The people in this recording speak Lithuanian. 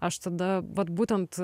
aš tada vat būtent